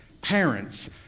parents